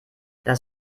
das